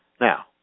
Now